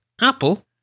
Apple